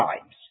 times